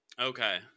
Okay